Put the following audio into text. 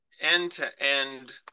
end-to-end